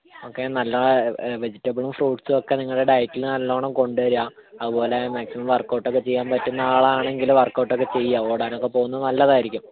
okay നല്ല വെജിറ്റബിളും ഫ്രൂട്സും ഒക്കെ നിങ്ങളുടെ ഡയറ്റിൽ നല്ലവണ്ണം കൊണ്ടുവരുക അതുപോലെ മാക്സിമം വർക്ക്ഔട്ട് ഒക്കെ ചെയ്യാൻ പറ്റുന്ന ആളാണെങ്കിൽ വർക്ക്ഔട്ട് ഒക്കെ ചെയ്യുക ഓടാനൊക്കെ പോവുന്നത് നാല്ലതായിരിക്കും